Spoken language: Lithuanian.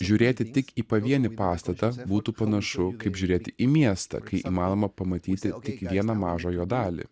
žiūrėti tik į pavienį pastatą būtų panašu kaip žiūrėti į miestą kai įmanoma pamatyti tik vieną mažą jo dalį